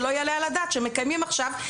שלא יעלה על הדעת שמקיימים עכשיו דיוני